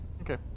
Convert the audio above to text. Okay